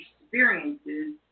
experiences